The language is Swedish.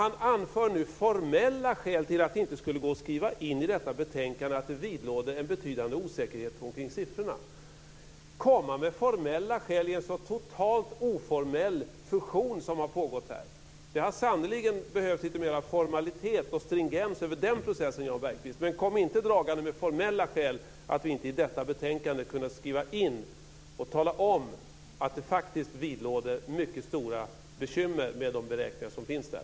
Han anför nu formella skäl för att det inte skulle gå att skriva in i detta betänkande att det vidlåder en betydande osäkerhet kring siffrorna. Han kommer med formella skäl när det gäller en så totalt oformell fusion som har pågått här. Det hade sannerligen behövts lite mer formalitet och stringens över den processen, Jan Bergqvist. Kom inte dragande med formella skäl till att vi inte i detta betänkande kan skriva in att det faktiskt vidlåder mycket stora bekymmer när det gäller de beräkningar som finns där.